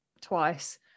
twice